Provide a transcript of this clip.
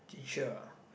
teacher ah